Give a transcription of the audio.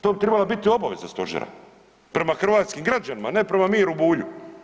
To bi trebala biti obaveza Stožera prema hrvatskim građanima, ne prema Miru Bulju.